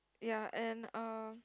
ya and uh